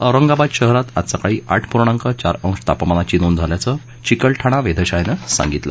औरंगाबाद शहरात आज सकाळी आठ पूर्णांक चार अंश तापमानाची नोंद झाल्याचं चिकलठाणा वेधशाळेनं सांगितलं